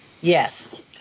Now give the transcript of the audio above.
yes